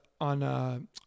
on